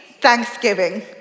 thanksgiving